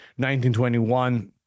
1921